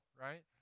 right